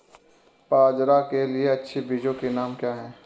बाजरा के लिए अच्छे बीजों के नाम क्या हैं?